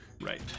Right